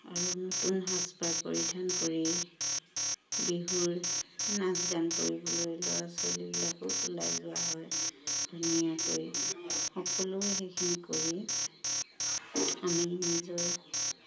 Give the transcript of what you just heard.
আৰু নতুন সাজপাৰ পৰিধান কৰি বিহুৰ নাচ গান কৰিবলৈ ল'ৰা ছোৱালীবিলাকো ওলাই যোৱা হয় ধুনীয়াকৈ সকলোৱে সেইখিনি কৰি আমি নিজৰ